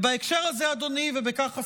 ובהקשר הזה, אדוני, ובכך אסיים,